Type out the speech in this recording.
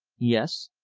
yes.